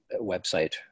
website